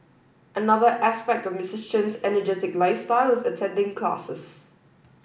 another aspect of Mister Chen's energetic lifestyle is attending classes